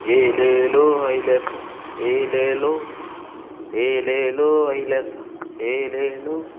ஏலேலோ ஐலேசா ஏலேலோ ஏலேலோ ஐலேசா ஏலேலோ